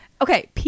okay